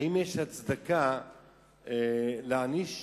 האם יש הצדקה להעניש